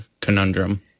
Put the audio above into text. conundrum